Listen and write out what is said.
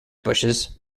bushes